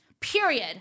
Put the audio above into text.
period